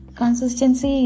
consistency